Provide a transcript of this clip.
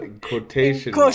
quotation